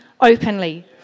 openly